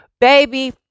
Baby